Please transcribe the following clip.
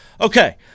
Okay